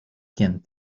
quien